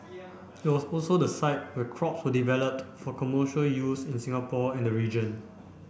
it was also the site where crops were developed for commercial use in Singapore and the region